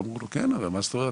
אמרו לו כן מה זאת אומרת,